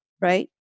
right